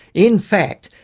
in fact,